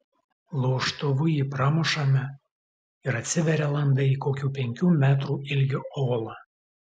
laužtuvu jį pramušame ir atsiveria landa į kokių penkių metrų ilgio olą